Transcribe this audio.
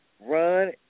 run